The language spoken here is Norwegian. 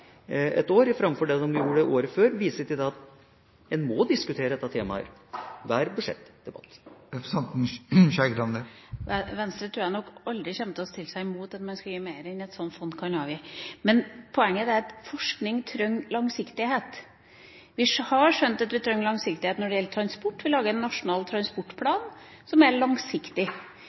et år, enn de gjorde året før? Viser ikke det at en må diskutere dette temaet i hver budsjettdebatt? Jeg tror aldri Venstre kommer til å sette seg imot at man skal gi mer enn et sånt fond kan kaste av seg. Poenget er at forskning trenger langsiktighet. Vi har skjønt at vi trenger langsiktighet når det gjelder transport – vi lager en nasjonal transportplan som er langsiktig.